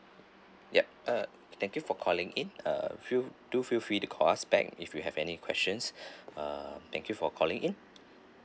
yup uh thank you for calling in uh feel do feel free to call us back if you have any questions uh thank you for calling in